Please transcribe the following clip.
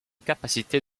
capacité